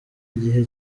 igihe